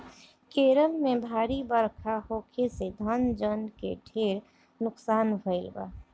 केरल में भारी बरखा होखे से धन जन के ढेर नुकसान भईल बा